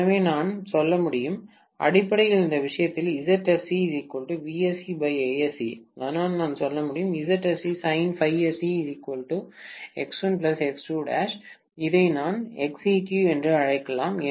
எனவே நான் சொல்ல முடியும் அடிப்படையில் இந்த விஷயத்தில் அதனால் நான் சொல்ல முடியும் இதை நான் Xeq என்று அழைக்கலாம்